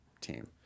team